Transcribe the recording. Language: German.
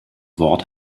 wort